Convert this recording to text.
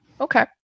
Okay